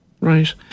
Right